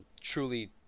truly